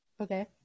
Okay